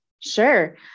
Sure